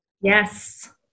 Yes